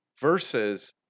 versus